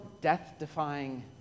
death-defying